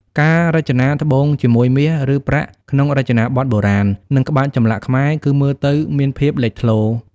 ការរចនាត្បូងជាមួយមាស ឬប្រាក់ក្នុងរចនាប័ទ្មបុរាណ និងក្បាច់ចម្លាក់ខ្មែរ គឺមើលទៅមានភាពលេចធ្លោ។